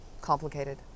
complicated